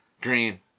Green